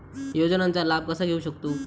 योजनांचा लाभ कसा घेऊ शकतू?